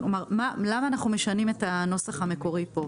למה אנחנו משנים את הנוסח המקורי פה?